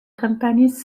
companies